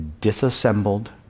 disassembled